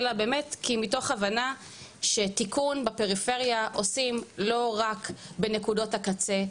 באמת מתוך הבנה שתיקון בפריפריה עושים לא רק בנקודות הקצה,